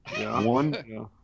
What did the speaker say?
One